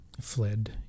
fled